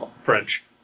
French